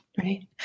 Right